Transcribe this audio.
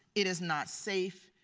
it is not safe.